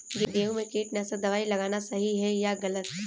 गेहूँ में कीटनाशक दबाई लगाना सही है या गलत?